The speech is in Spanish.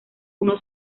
uno